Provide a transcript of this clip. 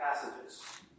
passages